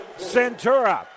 Centura